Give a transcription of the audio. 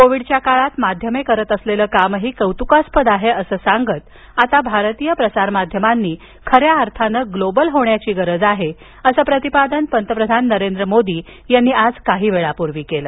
कोविडच्या काळात माध्यमे करत असलेलं कामही कौतुकास्पद आहे असं सांगत आता भारतीय प्रसारमाध्यमांनी खऱ्या अर्थानं ग्लोबल होण्याची गरज आहे असं प्रतिपादन पंतप्रधान नरेंद्र मोदी आज काही वेळापूर्वी केलं